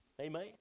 Amen